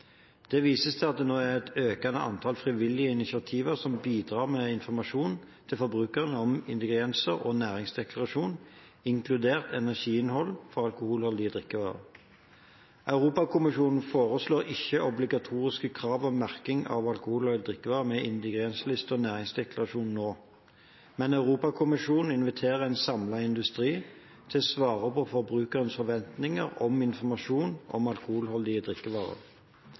Det vises til at det nå er et økende antall frivillige initiativ som bidrar med informasjon til forbrukeren om ingredienser og næringsdeklarasjon, inkludert energiinnhold, for alkoholholdige drikkevarer. Europakommisjonen foreslår ikke obligatoriske krav om merking av alkoholholdige drikkevarer med ingrediensliste og næringsdeklarasjon nå, men inviterer en samlet industri til å svare på forbrukernes forventninger om informasjon om alkoholholdige drikkevarer.